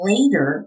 Later